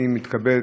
אני מתכבד,